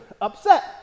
upset